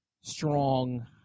strong